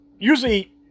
Usually